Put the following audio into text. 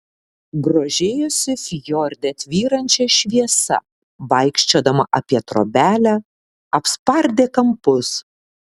grožėjosi fjorde tvyrančia šviesa vaikščiodama apie trobelę apspardė kampus